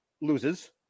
loses